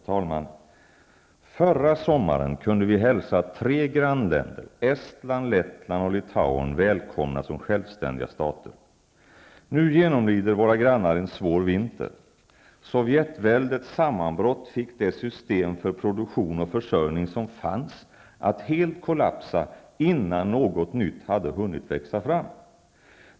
Herr talman! Förra sommmaren kunde vi hälsa tre grannländer, Estland, Lettland och Litauen välkomna som självständiga stater. Nu genomlider våra grannar en svår vinter. Sovjetväldets sammanbrott fick det system för produktion och försörjning som fanns att helt kollapsa innan något nytt hade hunnit växa fram.